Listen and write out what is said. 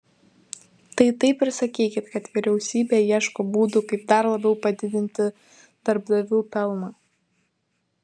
tai taip ir sakykit kad vyriausybė ieško būdų kaip dar labiau padidinti darbdavių pelną